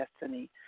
destiny